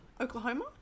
Oklahoma